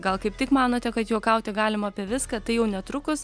gal kaip tik manote kad juokauti galima apie viską tai jau netrukus